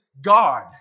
God